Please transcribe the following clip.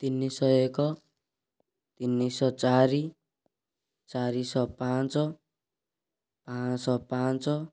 ତିନିଶହ ଏକ ତିନିଶହ ଚାରି ଚାରିଶହ ପାଞ୍ଚ ପାଁଶହ ପାଞ୍ଚ